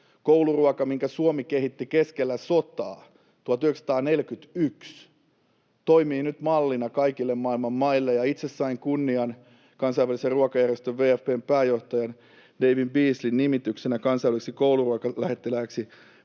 Kouluruoka, minkä Suomi kehitti keskellä sotaa 1941, toimii nyt mallina kaikille maailman maille. Itse sain kunnian viedä kansainvälisen ruokajärjestön WFP:n pääjohtajan David Beasleyn nimityksen kansainväliseksi kouluruokalähettilääksi